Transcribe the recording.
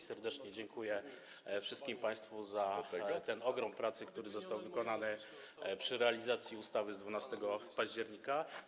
Serdecznie dziękuję wszystkim państwu za ten ogrom pracy, który został wykonany przy realizacji ustawy z 12 października.